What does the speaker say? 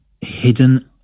Hidden